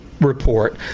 report